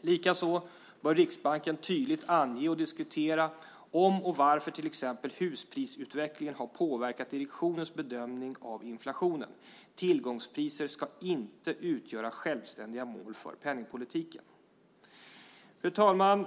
Likaså bör Riksbanken tydligt ange och diskutera om och varför till exempel husprisutvecklingen påverkat direktionens bedömning av inflationen. Tillgångspriser ska inte utgöra självständiga mål för penningpolitiken. Fru talman!